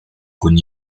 con